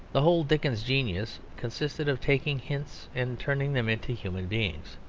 the whole dickens genius consisted of taking hints and turning them into human beings.